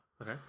Okay